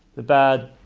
the bad,